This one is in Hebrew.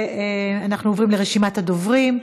אנחנו עוברים לרשימת הדוברים.